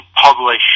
publish